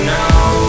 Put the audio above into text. now